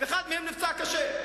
אחד מהם נפצע קשה,